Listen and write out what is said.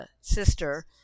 sister